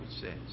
says